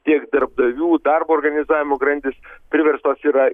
tiek darbdavių darbo organizavimo grandis priverstos yra